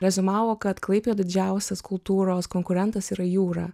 reziumavo kad klaipėdai didžiausias kultūros konkurentas yra jūra